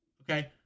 Okay